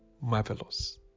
marvelous